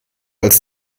als